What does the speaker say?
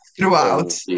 throughout